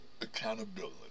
accountability